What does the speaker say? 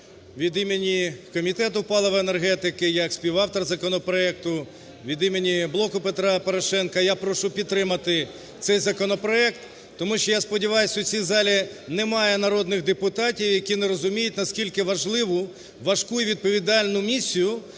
від імені Комітету палива і енергетики і як співавтор законопроекту, від імені "Блоку Петра Порошенка" я прошу підтримати цей законопроект. Тому що я сподіваюсь, що у цій залі немає народних депутатів, які не розуміють, наскільки важливу, важку і відповідальну місію